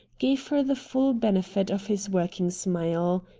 gave her the full benefit of his working smile.